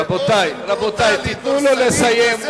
רבותי, רבותי, תיתנו לו לסיים.